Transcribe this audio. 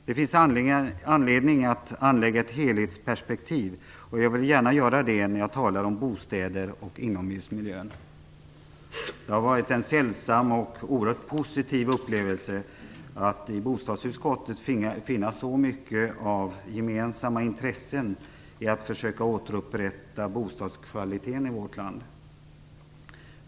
Det finns anledning att anlägga ett helhetsperspektiv, och jag vill gärna göra det när jag talar om bostäder och inomhusmiljön. Det har varit en sällsam och oerhört positiv upplevelse att i bostadsutskottet finna så många gemensamma intressen i att försöka återupprätta bostadskvaliteten i vårt land.